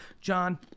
John